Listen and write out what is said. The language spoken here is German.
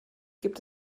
gibt